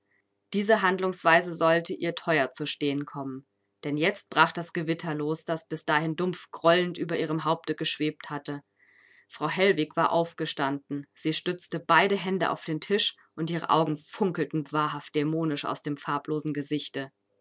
diese handlungsweise sollte ihr teuer zu stehen kommen denn jetzt brach das gewitter los das bis dahin dumpf grollend über ihrem haupte geschwebt hatte frau hellwig war aufgestanden sie stützte beide hände auf den tisch und ihre augen funkelten wahrhaft dämonisch aus dem farblosen gesichte